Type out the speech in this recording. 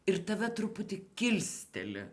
ir tave truputį kilsteli